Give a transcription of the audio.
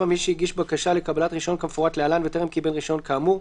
7. מי שהגיש בקשה לקבלת רשיון כמפורט להלן וטרם קיבל רשיון כאמור,